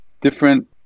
Different